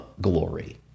glory